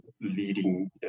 leading